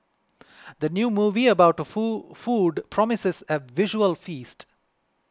the new movie about food promises a visual feast